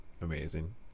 amazing